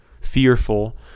fearful